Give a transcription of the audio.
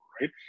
right